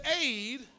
aid